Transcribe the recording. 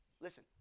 Listen